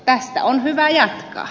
tästä on hyvä jatkaa